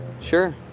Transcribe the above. Sure